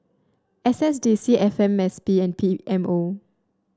S S D C F M S P and P M O